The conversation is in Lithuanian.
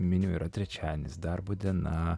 minėjau yra trečiadienis darbo diena